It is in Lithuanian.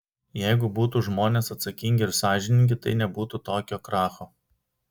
jeigu būtų žmonės atsakingi ir sąžiningi tai nebūtų tokio kracho